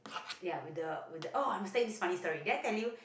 ya with the with the oh I must tell you this funny sorry did I tell you